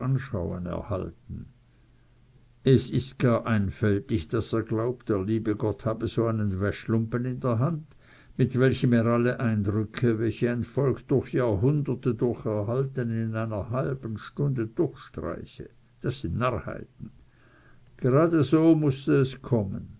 anschauen erhalten es ist gar einfältig daß er glaubt der liebe gott habe so einen wäschlumpen in der hand mit welchem er alle eindrücke welche ein volk durch jahrhunderte durch erhalten in einer halben stunde durchstreiche das sind narrheiten gerade so mußte es kommen